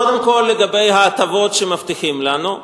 קודם כול, לגבי ההטבות שמבטיחים לנו.